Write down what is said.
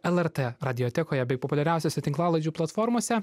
el er tė radiotekoje bei populiariausiose tinklalaidžių platformose